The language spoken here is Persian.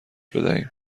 بدهیم